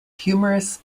humorous